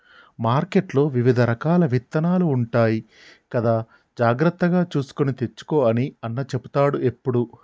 మార్కెట్లో వివిధ రకాల విత్తనాలు ఉంటాయి కదా జాగ్రత్తగా చూసుకొని తెచ్చుకో అని అన్న చెపుతాడు ఎప్పుడు